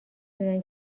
دونن